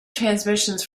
transmissions